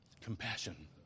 Compassion